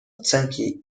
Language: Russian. оценки